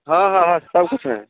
हँ हँ हँ सभ किछु हइ